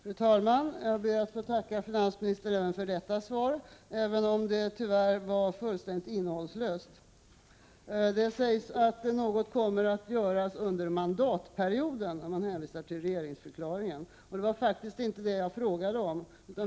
Fru talman! Jag ber att få tacka finansministern även för detta svar, även om det tyvärr var fullkomligt innehållslöst. Det sägs att något kommer att göras under mandatperioden, och finansministern hänvisade till regeringsförklaringen. Det var faktiskt inte detta jag frågade om.